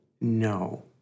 no